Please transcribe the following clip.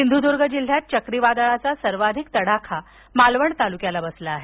सिंधुदुर्ग जिल्ह्यात चक्रीवादळाचा सर्वाधिक तडाखा मालवण तालुक्याला बसला आहे